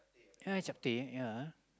ya it's okay ya